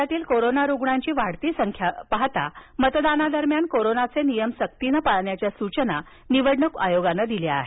राज्यातील कोरोना रुग्णांची वाढती संख्या पाहता मतदाना दरम्यान कोरोनाचे नियम सक्तीने पाळण्याच्या सूचना निवडणूक आयोगानं दिल्या आहेत